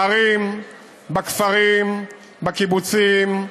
בערים, בכפרים, בקיבוצים,